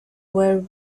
were